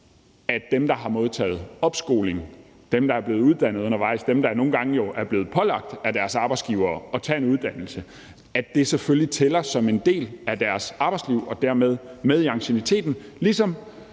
dem, der har modtaget opskoling, dem, der er blevet uddannet undervejs, dem, der nogle gange jo er blevet pålagt af deres arbejdsgiver at tage en uddannelse, og at det selvfølgelig tæller som en del af deres arbejdsliv og dermed i ancienniteten, ligesom